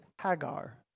Hagar